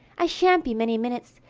i shan't be many minutes,